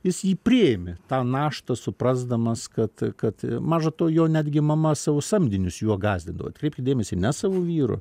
jis jį priėmė tą naštą suprasdamas kad kad maža to jo netgi mama savo samdinius juo gąsdindavo atkreipkit dėmesį ne savo vyru